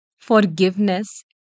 forgiveness